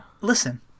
listen